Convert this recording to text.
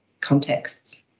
contexts